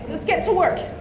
let's get to work.